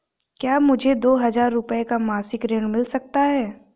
क्या मुझे दो हजार रूपए का मासिक ऋण मिल सकता है?